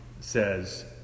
says